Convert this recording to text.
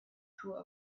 through